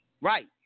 right